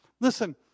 Listen